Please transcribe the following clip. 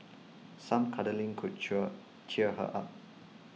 some cuddling could cheer cheer her up